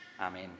Amen